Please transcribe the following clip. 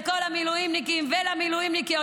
לכל המילואימניקים ולמילואימניקיות,